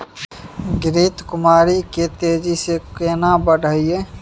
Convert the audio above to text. घृत कुमारी के तेजी से केना बढईये?